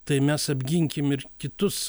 tai mes apginkim ir kitus